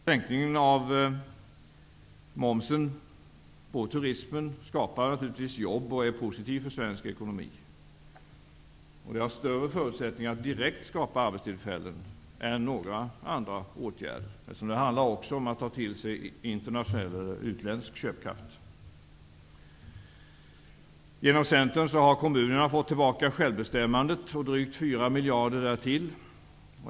Sänkningen av momsen på turismen skapar naturligtvis jobb och är positiv för svensk ekonomi. Denna åtgärd har större förutsättningar att direkt skapa arbetstillfällen än några andra åtgärder. Det handlar ju om att även ta till sig internationell köpkraft. Genom Centern har kommunerna fått tillbaka självbestämmandet och drygt 4 miljarder därtill.